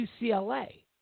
UCLA